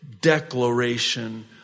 declaration